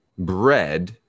Bread